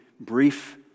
brief